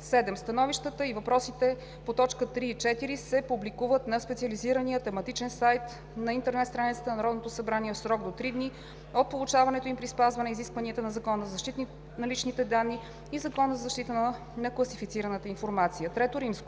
7. Становищата и въпросите по т. 3 и 4 се публикуват на специализирания тематичен сайт на интернет страницата на Народното събрание в срок до три дни от получаването им при спазване изискванията на Закона за защита на личните данни и Закона за защита на класифицираната информация. III.